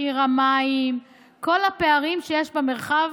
מחיר המים, כל הפערים שיש במרחב